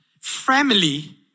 family